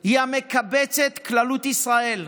הוא המקבצת כללות ישראל,